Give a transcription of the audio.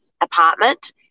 apartment